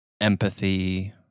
empathy